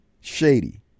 shady